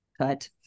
cut